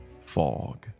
fog